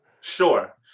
Sure